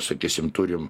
sakysim turim